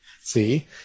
See